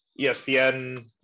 ESPN –